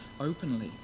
openly